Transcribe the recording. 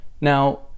now